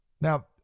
Now